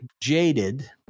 jaded